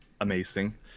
amazing